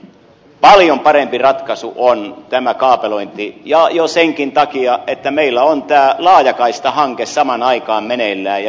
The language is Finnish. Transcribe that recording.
paljon parempi ratkaisu on tämä kaapelointi ja jo senkin takia että meillä on tämä laajakaistahanke samaan aikaan meneillään ja vireillään